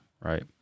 right